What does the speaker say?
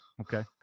okay